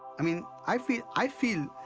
i mean, i feel, i feel.